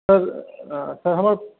sir sir हमर